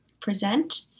present